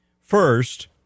First